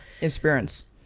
experience